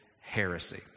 heresy